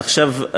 עכשיו,